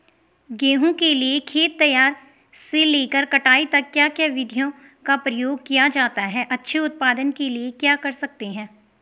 गेहूँ के लिए खेत तैयार से लेकर कटाई तक क्या क्या विधियों का प्रयोग किया जाता है अच्छे उत्पादन के लिए क्या कर सकते हैं?